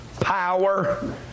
power